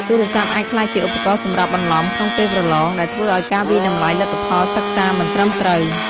ទូរស័ព្ទអាចក្លាយជាឧបករណ៍សម្រាប់បន្លំក្នុងពេលប្រឡង ដែលធ្វើឲ្យការវាយតម្លៃលទ្ធផលសិក្សាមិនត្រឹមត្រូវ។